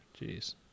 Jeez